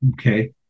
okay